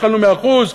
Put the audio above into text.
התחלנו מ-1%,